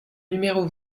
numéro